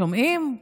שומעים?